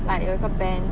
like 有一个 band